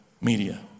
media